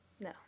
No